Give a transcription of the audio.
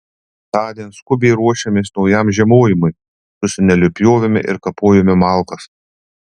tądien skubiai ruošėmės naujam žiemojimui su seneliu pjovėme ir kapojome malkas